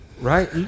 Right